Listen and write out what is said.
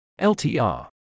LTR